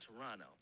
toronto